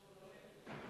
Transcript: הוא לא נענה להפצרות,